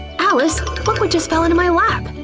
alice! look what just fell into my lap!